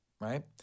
right